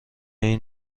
این